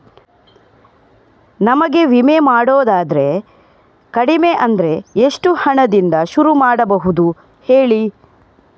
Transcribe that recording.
ನಮಗೆ ವಿಮೆ ಮಾಡೋದಾದ್ರೆ ಕಡಿಮೆ ಅಂದ್ರೆ ಎಷ್ಟು ಹಣದಿಂದ ಶುರು ಮಾಡಬಹುದು ಹೇಳಿ